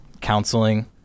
counseling